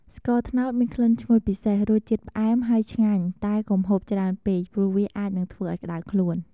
ស្ករត្នោត មានក្លិនឈ្ងុយពិសេស រសជាតិផ្អែមហើយឆ្ងាញ់តែកុំហូបច្រើនពេក ព្រោះវាអាចនឹងធ្វើឱ្យក្ដៅខ្លួន។